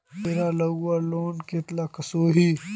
तेहार लगवार लोन कतला कसोही?